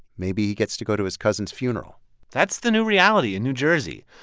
maybe he gets to go to his cousin's funeral that's the new reality in new jersey.